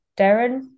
Darren